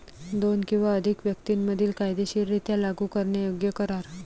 दोन किंवा अधिक व्यक्तीं मधील कायदेशीररित्या लागू करण्यायोग्य करार